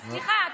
סליחה,